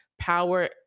power